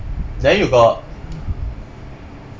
then you got